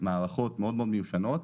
עם מערכות מאוד מיושנות,